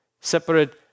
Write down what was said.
separate